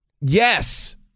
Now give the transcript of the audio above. Yes